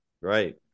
Right